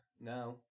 now